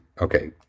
Okay